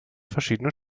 verschiedene